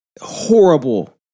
horrible